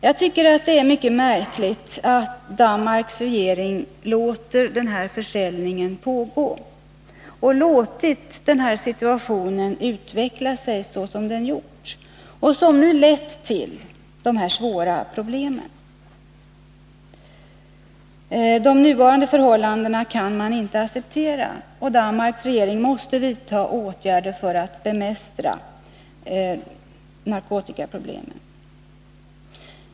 Jag tycker att det är mycket märkligt att Danmarks regering låter den här försäljningen pågå och att man låtit denna situation utveckla sig såsom den gjort, vilket har lett till dessa svåra problem. De nuvarande förhållandena kan inte accepteras. Danmarks regering måste vidta åtgärder för att bemästra narkotikaproblemen.